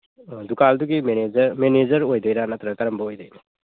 ꯑꯥ ꯗꯨꯀꯥꯟꯗꯨꯒꯤ manager manager ꯑꯣꯏꯗꯣꯏꯔꯥ ꯅꯠꯇ꯭ꯔꯒ ꯀꯔꯝꯕ ꯑꯣꯏꯗꯣꯏꯅꯣ